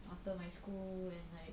after my school and like